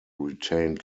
retained